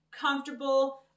comfortable